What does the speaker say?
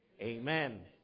Amen